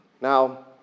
Now